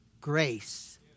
grace